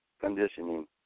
conditioning